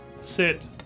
sit